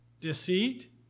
deceit